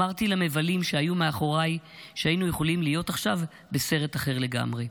אמרתי למבלים שהיו מאחורי שהיינו יכולים להיות עכשיו בסרט אחר לגמרי".